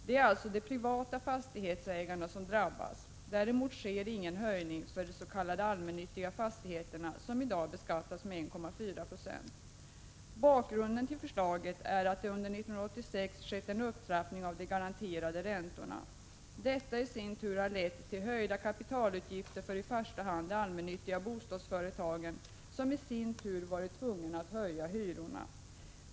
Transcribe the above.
Det är alltså de privata fastighetsägarna som drabbas. Däremot sker ingen höjning för de s.k. allmännyttiga bostadsföretagens fastigheter, som i dag beskattas med 1,4 96. Bakgrunden till förslaget är att det under 1986 skett en upptrappning av de garanterade räntorna. Detta i sin tur har lett till höjda kapitalutgifter för i första hand de allmännyttiga bostadsföretagen, som i sin tur varit tvungna att höja hyrorna.